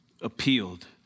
appealed